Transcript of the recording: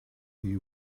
you